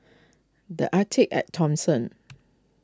the Arte at Thomson